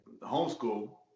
homeschool